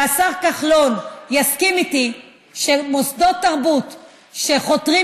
והשר כחלון יסכים איתי שמוסדות תרבות שחותרים